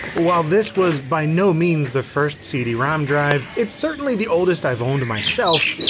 while this was by no means the first cd-rom drive, it's certainly the oldest i've owned myself.